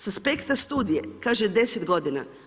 S aspekta studije, kaže 10 godine.